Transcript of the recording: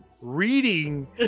reading